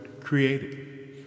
created